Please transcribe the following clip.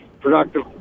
productive